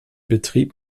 betrieb